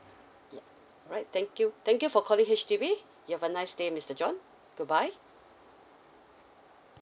ya right thank you thank you for calling H_D_B you have a nice day mister john goodbye